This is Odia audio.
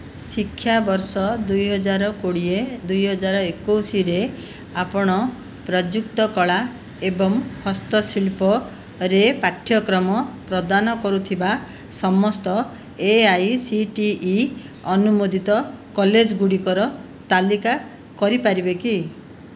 ଶିକ୍ଷାବର୍ଷ ଦୁଇହଜାର କୋଡ଼ିଏ ଦୁଇହଜାର ଏକୋଇଶରେ ଆପଣ ପ୍ରଯୁକ୍ତି କଳା ଏବଂ ହସ୍ତଶିଳ୍ପରେ ପାଠ୍ୟକ୍ରମ ପ୍ରଦାନ କରୁଥିବା ସମସ୍ତ A I C T E ଅନୁମୋଦିତ କଲେଜଗୁଡ଼ିକର ତାଲିକା କରିପାରିବେ କି